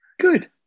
Good